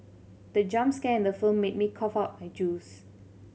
the jump scare in the film made me cough out my juice